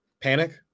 Panic